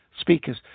speakers